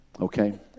Okay